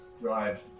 drive